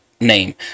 name